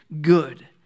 good